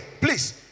Please